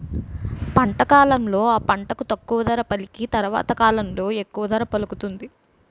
పంట కాలంలో ఆ పంటకు తక్కువ ధర పలికి తరవాత కాలంలో ఎక్కువ ధర పలుకుతుంది